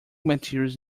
materials